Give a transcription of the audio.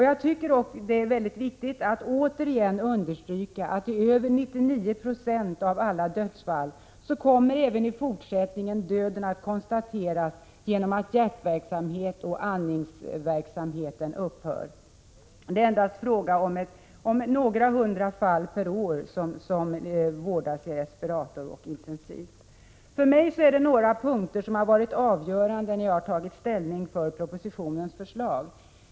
Jag tycker att det är mycket viktigt att än en gång understryka att i över 99 96 av alla dödsfall kommer även i fortsättningen döden att konstateras genom att hjärtverksamheten och andningsverksamheten upphör. Endast i några hundra fall per år är det fråga om vård i respirator och intensivvård. För mig är det några punkter som varit avgörande när jag har tagit ställning för propositionens förslag.